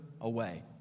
away